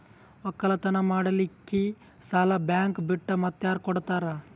ಒಕ್ಕಲತನ ಮಾಡಲಿಕ್ಕಿ ಸಾಲಾ ಬ್ಯಾಂಕ ಬಿಟ್ಟ ಮಾತ್ಯಾರ ಕೊಡತಾರ?